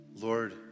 Lord